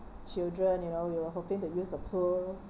children you know we were hoping to use the pool